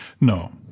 No